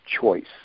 choice